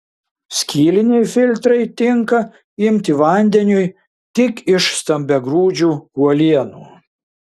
skyliniai filtrai tinka imti vandeniui tik iš stambiagrūdžių uolienų